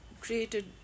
created